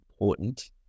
important